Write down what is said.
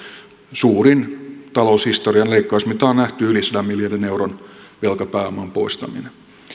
suurin taloushistorian leikkaus mitä on nähty yli sadan miljardin euron velkapääoman poistaminen